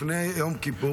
לפני יום כיפור,